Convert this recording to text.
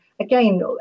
Again